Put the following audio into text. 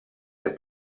del